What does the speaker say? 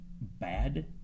bad